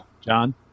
John